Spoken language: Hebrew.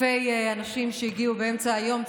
אלפי אנשים שהגיעו באמצע היום,